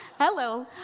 Hello